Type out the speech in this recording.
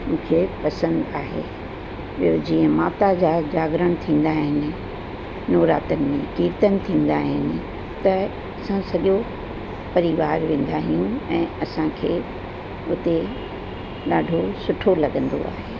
मूंखे पसंदि आहे जीअं माता जा जागरन थींदा आहिनि नोरातनि में कीर्तन थींदा आहिनि त असां सॼो परिवार वेंदा आहियूं ऐं असांखे हुते ॾाढो सुठो लॻंदो आहे